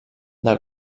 del